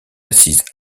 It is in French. assise